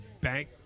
bank